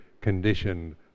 condition